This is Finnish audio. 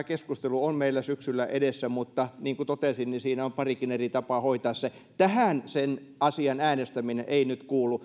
keskustelu on meillä syksyllä edessä mutta niin kuin totesin siinä on parikin eri tapaa hoitaa se tähän finnairin pääomittamiseen sen asian äänestäminen ei nyt kuulu